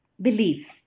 beliefs